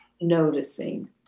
noticing